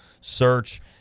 search